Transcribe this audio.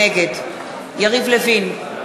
נגד יריב לוין,